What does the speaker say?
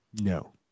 No